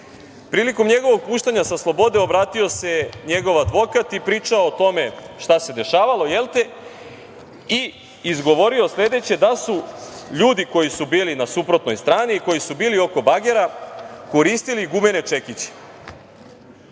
Prilikom njegovog puštanja sa slobode, obratio se njegov advokat i pričao o tome šta se dešavalo i izgovorio sledeće, da su ljudi koji su bili na suprotnoj strani i koji su bili oko bagera koristili gumene čekiće. Dok